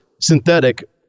synthetic